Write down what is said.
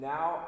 Now